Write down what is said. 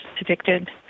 addicted